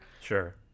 sure